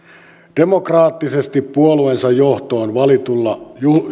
demokraattisesti puolueensa johtoon valitulla